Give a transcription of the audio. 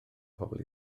pobl